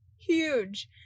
huge